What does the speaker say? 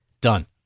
Done